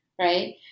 Right